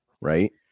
right